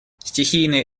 стихийные